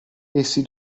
essi